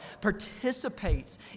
participates